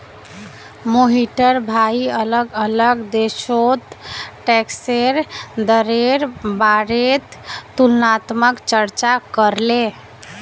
मोहिटर भाई अलग अलग देशोत टैक्सेर दरेर बारेत तुलनात्मक चर्चा करले